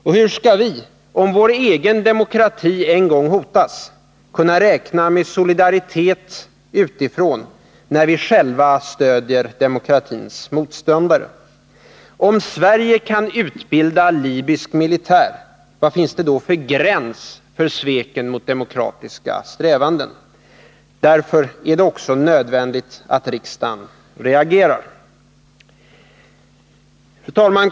Och hur skall vi, om vår egen demokrati en gång hotas, kunna räkna med solidaritet utifrån när vi själva stöder demokratins motståndare? Om Sverige kan utbilda libysk militär, vad finns det då för gräns för svek mot de demokratiska strävandena? Därför är det nödvändigt att riksdagen reagerar. Fru talman!